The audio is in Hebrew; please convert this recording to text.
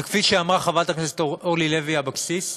וכפי שאמרה חברת הכנסת אורלי לוי אבקסיס,